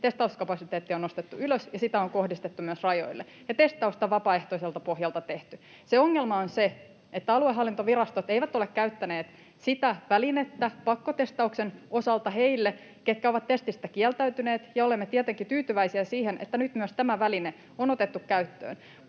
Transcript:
testauskapasiteettia on nostettu ylös, ja sitä on kohdistettu myös rajoille, ja testausta vapaaehtoiselta pohjalta on tehty. Ongelma on se, että aluehallintovirastot eivät ole käyttäneet sitä välinettä pakkotestauksen osalta heille, ketkä ovat testistä kieltäytyneet, ja olemme tietenkin tyytyväisiä siihen, että nyt myös tämä väline on otettu käyttöön.